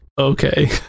Okay